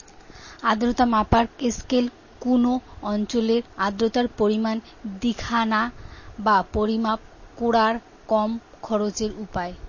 আর্দ্রতা মাপার স্কেল কুনো অঞ্চলের আর্দ্রতার পরিমাণ দিখানা বা পরিমাপ কোরার কম খরচের উপায়